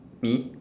me